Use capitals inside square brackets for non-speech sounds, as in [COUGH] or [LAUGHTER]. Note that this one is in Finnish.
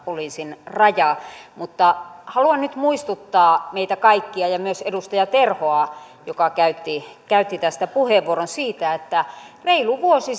poliisin raja mutta haluan nyt muistuttaa meitä kaikkia ja myös edustaja terhoa joka käytti käytti tästä puheenvuoron siitä että reilu vuosi [UNINTELLIGIBLE]